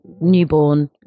Newborn